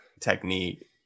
technique